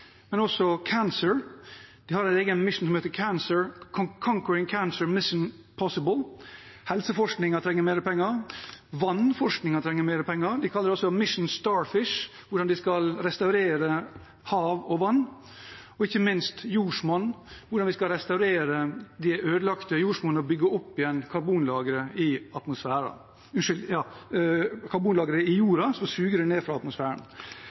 men også kreft. Det er en egen «mission» som heter Conquering cancer: mission possible. Helseforskningen trenger mer penger. Vannforskningen trenger mer penger. De kaller det også Mission starfish – hvordan vi skal restaurere hav og vann, og ikke minst jordsmonnet, hvordan vi skal restaurere de ødelagte jordsmonnene og bygge opp igjen karbonlagre i jorda, som suger det ned fra atmosfæren.